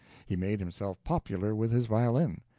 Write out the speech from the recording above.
he made himself popular with his violin,